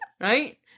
Right